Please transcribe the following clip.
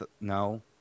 no